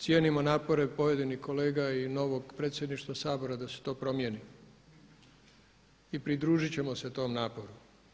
Cijenimo napore pojedinih kolega i novog predsjedništva Sabora da se to promijeni i pridružit ćemo se tom naporu.